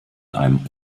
einem